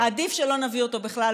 עדיף שלא נביא אותו בכלל.